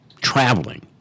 traveling